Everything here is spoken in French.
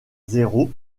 zéro